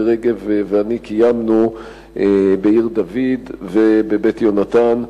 רגב ואני קיימנו בעיר-דוד וב"בית יהונתן".